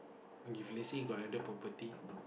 if let's say you got landed property